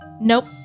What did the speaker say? Nope